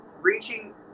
reaching